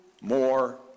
more